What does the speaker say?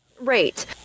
Right